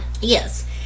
Yes